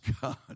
God